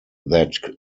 that